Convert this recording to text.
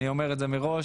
אני אומר את זה מראש,